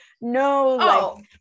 no